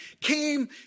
came